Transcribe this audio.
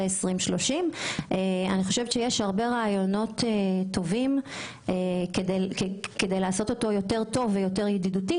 2030. יש הרבה רעיונות טובים כדי להפוך אותו לידידותי יותר,